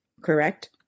correct